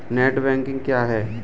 Net banking क्या है?